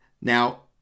Now